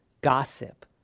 gossip